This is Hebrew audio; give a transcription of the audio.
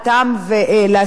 אפילו מול הביטוח הלאומי,